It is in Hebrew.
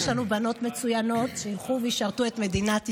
יש לנו בנות מצוינות שילכו וישרתו את מדינת ישראל.